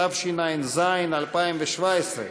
תשע"ז 2017,